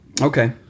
Okay